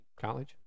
College